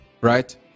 right